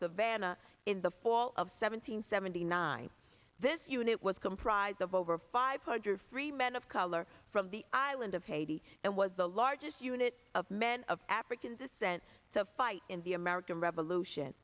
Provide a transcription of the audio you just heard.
savannah in the fall of seventeen seventy nine this unit was comprised of over five hundred free men of color from the island of haiti and was the largest unit of men of african descent to fight in the american revolution